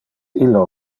illo